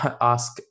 ask